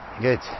Good